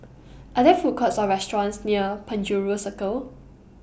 Are There Food Courts Or restaurants near Penjuru Circle